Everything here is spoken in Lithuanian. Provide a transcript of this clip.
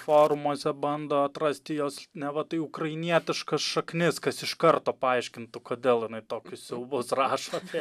forumuose bando atrasti jos neva tai ukrainietiškas šaknis kas iš karto paaiškintų kodėl jinai tokius siaubus rašo apie